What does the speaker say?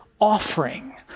offering